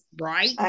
Right